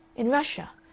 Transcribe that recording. in russia.